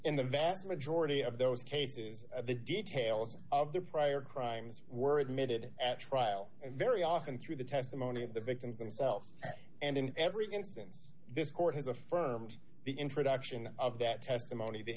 in the vast majority of those cases the details of their prior crimes were admitted at trial very often through the testimony of the victims themselves and in every instance this court has affirmed the introduction of that testimony the